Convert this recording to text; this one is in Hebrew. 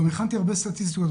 גם הכנתי הרבה סטטיסטיקות,